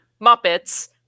Muppets